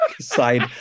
side